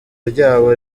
ryabo